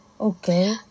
Okay